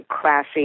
classy